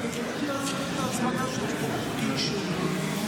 חברת הכנסת אימאן ח'טיב יאסין.